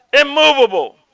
immovable